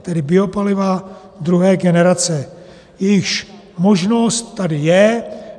Tedy biopaliva druhé generace, jejichž možnost tady je.